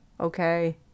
okay